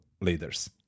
leaders